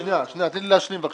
תני לי להשלים בבקשה: